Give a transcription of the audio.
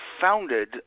founded